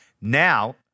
Now